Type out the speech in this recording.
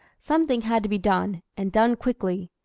something had to be done, and done quickly.